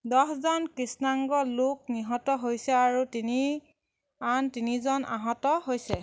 দহজন কৃষ্ণাংগ লোক নিহত হৈছে আৰু তিনি আন তিনিজন আহত হৈছে